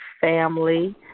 family